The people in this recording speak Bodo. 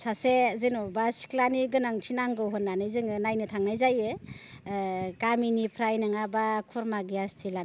सासे जेनेबा सिख्लानि गोनांथि नांगौ होन्नानै जोङो नायनो थांनाय जायो गामिनिफ्राय नङाबा खुरमा गियास्टि लानानै